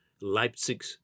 Leipzig